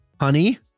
honey